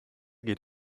geht